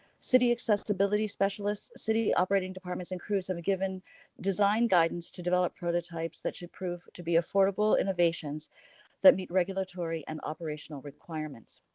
city accessibility specialists, city operating departments and crews is given design guidance to develop prototypes that should prove to be affordable innovations that meet regulatory and operational requirements.